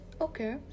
okay